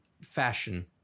fashion